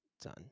done